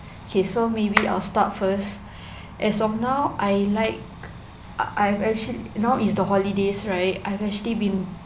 okay so maybe I'll start first as of now I like I actually now is the holidays right I've actually been